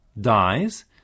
dies